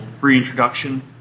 reintroduction